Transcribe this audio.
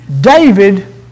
David